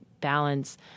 balance